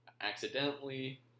accidentally